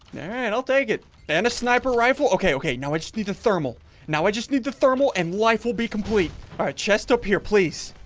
yeah, and i'll take it and a sniper rifle. okay? okay now i just need a thermal now i just need the thermal and life will be complete. alright chest up here, please